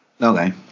Okay